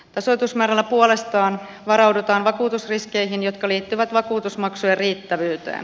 tasoitusmäärällä puolestaan varaudutaan vakuutusriskeihin jotka liittyvät vakuu tusmaksujen riittävyyteen